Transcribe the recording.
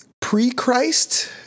pre-Christ